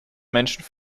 menschen